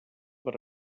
per